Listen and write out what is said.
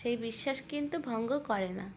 সেই বিশ্বাস কিন্তু ভঙ্গ করে না